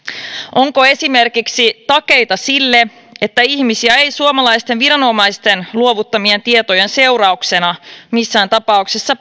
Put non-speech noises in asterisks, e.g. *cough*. onko esimerkiksi takeita sille että ihmisiä ei suomalaisten viranomaisten luovuttamien tietojen seurauksena missään tapauksessa *unintelligible*